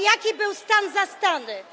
Jaki był stan zastany?